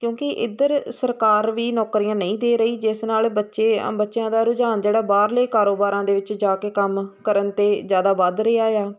ਕਿਉਂਕਿ ਇੱਧਰ ਸਰਕਾਰ ਵੀ ਨੌਕਰੀਆਂ ਨਹੀਂ ਦੇ ਰਹੀ ਜਿਸ ਨਾਲ ਬੱਚੇ ਬੱਚਿਆਂ ਦਾ ਰੁਝਾਨ ਜਿਹੜਾ ਬਾਹਰਲੇ ਕਾਰੋਬਾਰਾਂ ਦੇ ਵਿੱਚ ਜਾ ਕੇ ਕੰਮ ਕਰਨ 'ਤੇ ਜ਼ਿਆਦਾ ਵੱਧ ਰਿਹਾ ਆ